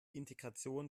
integration